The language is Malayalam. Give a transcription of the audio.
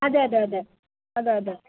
അതെ അതെ അതെ അതെ അതെ